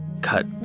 cut